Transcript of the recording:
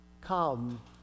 Come